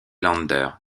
länder